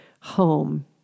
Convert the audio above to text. home